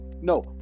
no